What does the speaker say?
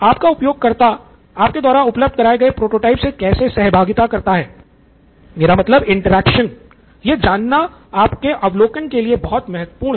आपका उपयोगकर्ताओं आपके द्वारा उपलब्ध कराये गए प्रोटोटाइप से कैसे सहभागिता करता है यह जानना आपके अवलोकन के लिए बहुत महत्वपूर्ण है